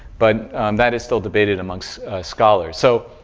but that is still debated amongst scholar. so,